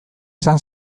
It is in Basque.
izan